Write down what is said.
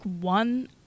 one